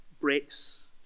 breaks